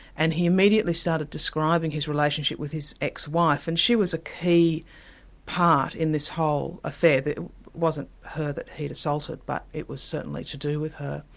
and he immediately started describing his relationship with his ex-wife, and she was a key part in this whole affair. it wasn't her that he'd assaulted, but it was certainly to do with her.